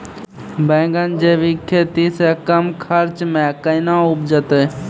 बैंगन जैविक खेती से कम खर्च मे कैना उपजते?